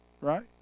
Right